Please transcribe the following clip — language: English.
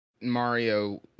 mario